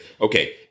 okay